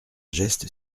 geste